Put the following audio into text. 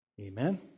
Amen